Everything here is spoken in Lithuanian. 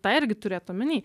tą irgi turėt omeny